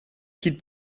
quitte